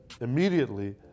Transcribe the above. immediately